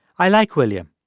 i like william.